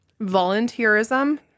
Volunteerism